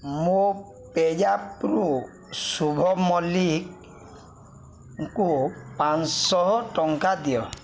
ମୋ ପେଜାପ୍ରୁ ଶୁଭ ମଲ୍ଲିକଙ୍କୁ ପାଞ୍ଚଶହ ଟଙ୍କା ଦିଅ